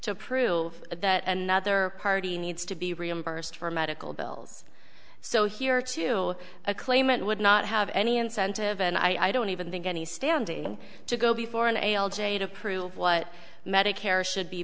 to prove that another party needs to be reimbursed for medical bills so here to a claimant would not have any incentive and i don't even think any standing to go before an ale jay to prove what medicare should be